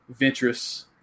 Ventress